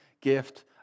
gift